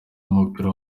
w’umupira